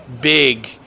big